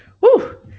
Woo